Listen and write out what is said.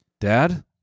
Dad